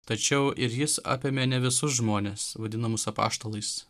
tačiau ir jis apėmė ne visus žmones vadinamus apaštalais